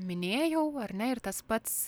minėjau ar ne ir tas pats